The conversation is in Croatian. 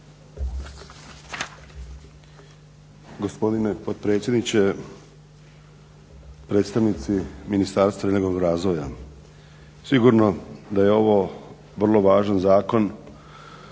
Gospodine potpredsjedniče, predstavnici ministarstva regionalnog razvoja. Sigurno da je ovo vrlo važan Zakon